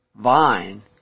vine